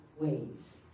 ways